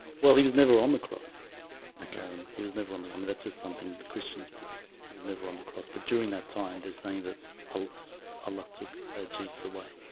well, he was never on the cross i can he was never on the coming that's just something the christians believe he was never on the cross, but during that time. they're saying that ah a lot took jesus away.